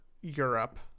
Europe